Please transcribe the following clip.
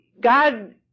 God